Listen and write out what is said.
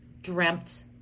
dreamt